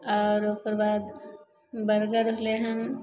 आओर ओकर बाद बर्गर होलै हन